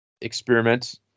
experiment